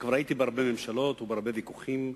וכבר הייתי בהרבה ממשלות ובהרבה ויכוחים.